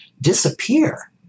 disappear